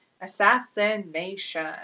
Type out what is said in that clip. assassination